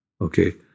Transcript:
Okay